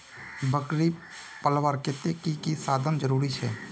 बकरी पलवार केते की की साधन जरूरी छे?